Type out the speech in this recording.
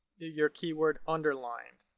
your keyword underlined.